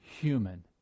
human